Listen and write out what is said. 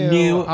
new